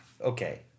Okay